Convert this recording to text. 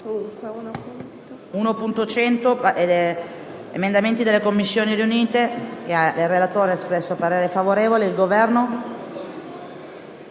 1.100,